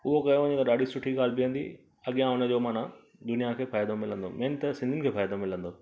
उहो कयो वञे त ॾाढी सुठी ॻाल्हि बीहंदी अॻियां हुनजो माना दुनिया खे फ़ाइदो मिलंदो मेन त सिंधियुनि खे फ़ाइदो मिलंदो